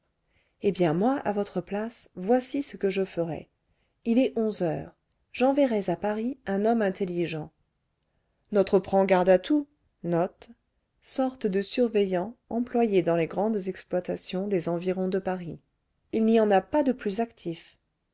eh bien moi à votre place voici ce que je ferais il est onze heures j'enverrais à paris un homme intelligent notre prend garde à tout il n'y en a pas de plus actif